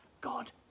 God